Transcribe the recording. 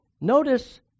Notice